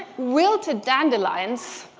wilted dandelions,